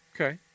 Okay